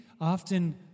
often